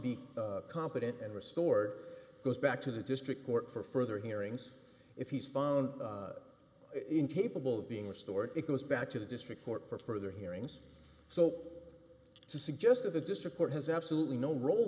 be competent and restored goes back to the district court for further hearings if he's found incapable of being restored it goes back to the district court for further hearings so to suggest of a district court has absolutely no role